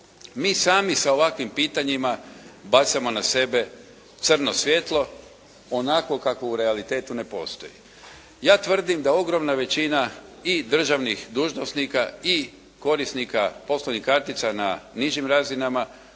Mi sami sa ovakvim pitanjima bacamo na sebe crno svjetlo onako kako u realitetu ne postoji. Ja tvrdim da ogromna većina i državnih dužnosnika i korisnika poslovnih kartica na nižim razinama